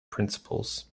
principles